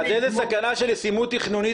אז איזו סכנה של ישימות תכנונית,